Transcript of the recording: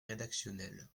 rédactionnel